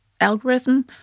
algorithm